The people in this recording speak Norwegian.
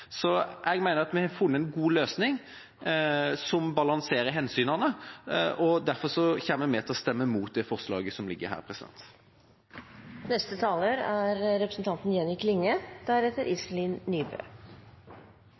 Jeg mener at vi har funnet en god løsning som balanserer hensynene, og derfor kommer vi til å stemme imot det forslaget som